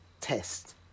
test